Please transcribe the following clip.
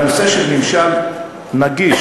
והנושא של ממשל נגיש,